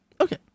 Okay